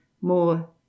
more